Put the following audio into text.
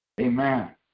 Amen